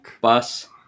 bus